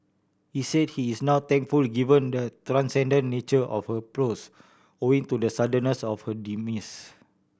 he said he is now thankful given the transcendent nature of her prose owing to the suddenness of her demise